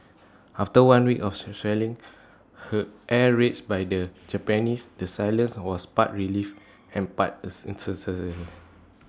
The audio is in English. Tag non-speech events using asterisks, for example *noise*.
after one week of shelling and air raids by the Japanese the silence was part relief and part uncertainty *noise*